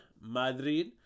Madrid